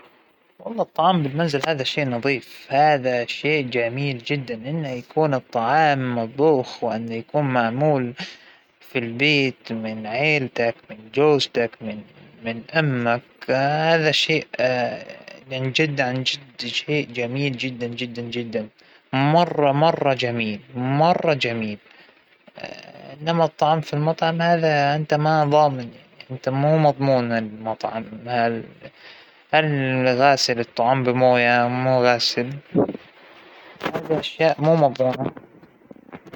أعتقد أفضل شى إنه الإنسان يطبخ بيده، وياكل من الأكل اللى بيسويه أكل صحى ونظيف وهكذا، عكس المطاعم والخروج والفلة ، فا راح أختار إنى أتناوله أكل بالبيت مع رفقة زوجى وأولادى والناس اللى أحبهم وهكذا.